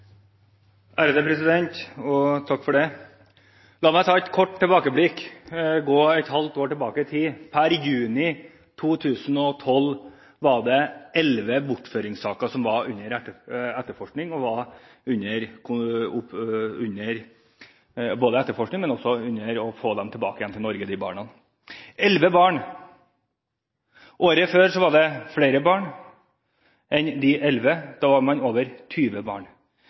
La meg ta et kort tilbakeblikk: For et halvt år siden, i juni 2012, var det elleve bortføringssaker under etterforskning, og der man forsøkte å få barna tilbake til Norge – elleve barn. Året før var det enda flere, da var det over 20 barn.